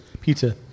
Pizza